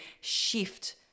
shift